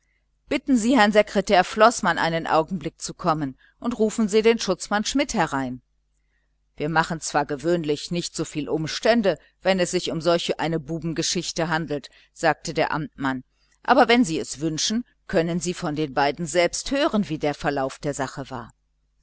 bitten sie herrn sekretär floßmann einen augenblick zu kommen und rufen sie den schutzmann schmidt herein wir machen zwar gewöhnlich nicht so viel umstände wenn es sich um solch eine bubengeschichte handelt sagte der amtmann aber wenn sie es wünschen können sie von den beiden selbst hören wie der verlauf der sache war